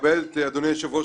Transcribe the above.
מכבד את בקשתך אדוני היושב-ראש,